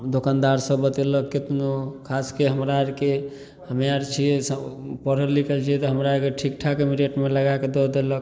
दोकानदार सब बतेलक केतनो खासके हमरा आरके हमे आर छियै पढ़ल लिखल छियै तऽ हमराके ठीकठाक रेटमे लगाके दऽ देलक